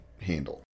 handle